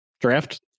draft